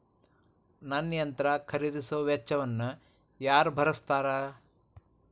ನನ್ನ ಯಂತ್ರ ಖರೇದಿಸುವ ವೆಚ್ಚವನ್ನು ಯಾರ ಭರ್ಸತಾರ್?